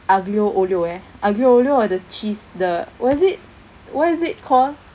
aglio olio eh aglio olio or the cheese the what is it what is it call